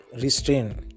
restrain